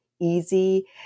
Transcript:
easy